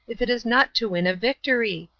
if it is not to win a victory?